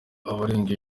abarenga